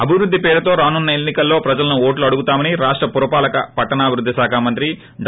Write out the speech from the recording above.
అభివృద్ది పేరుతో రానున్న ఎనికల్లో ప్రజలను ఓట్లు అడుగుతామని రాష్ట పురపాలక పట్టణాభివృద్ధి శాఖ మంత్రి డా